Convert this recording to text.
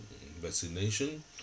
vaccination